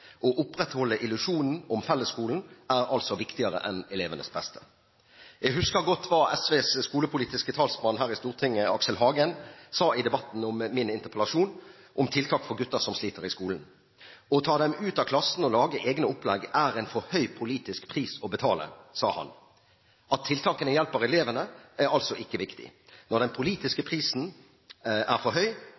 Å opprettholde illusjonen om fellesskolen er altså viktigere enn elevenes beste. Jeg husker godt hva SVs skolepolitiske talsmann her i Stortinget, Aksel Hagen, sa i debatten om min interpellasjon om tiltak for gutter som sliter i skolen. Han sa at det å ta dem ut av klassen og lage egne opplegg er en for høy politisk pris å betale. At tiltakene hjelper elevene, er altså ikke viktig. Når den politiske prisen er for